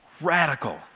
Radical